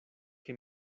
que